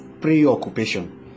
preoccupation